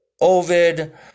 Ovid